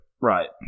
right